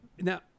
now